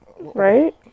Right